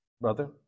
brother